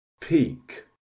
peak